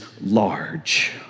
large